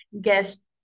guest